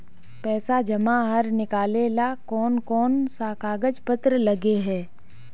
पैसा जमा आर निकाले ला कोन कोन सा कागज पत्र लगे है?